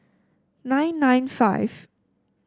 nine nine five